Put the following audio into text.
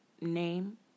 name